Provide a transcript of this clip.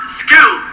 skill